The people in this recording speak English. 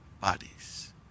bodies